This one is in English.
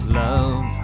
love